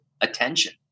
attention